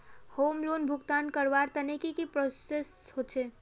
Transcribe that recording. Home loan भुगतान करवार तने की की प्रोसेस होचे?